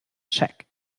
cheque